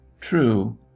True